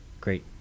Great